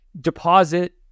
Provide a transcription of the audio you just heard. deposit